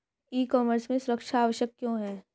ई commerce में सुरक्षा आवश्यक क्यों है?